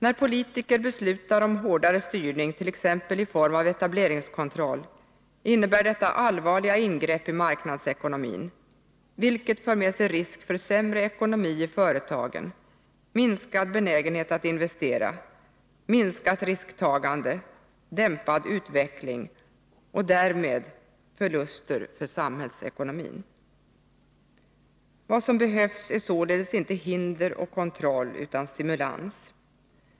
När politiker beslutar om hårdare styrning, t.ex. i form av etableringskontroll, innebär detta allvarliga ingrepp i marknadsekonomin, vilket för med sig risk för sämre ekonomi i företagen, minskad benägenhet att investera, minskat risktagande, dämpad utveckling och därmed förluster för samhällsekonomin. Vad som behövs är således inte hinder och kontroll utan stimulans.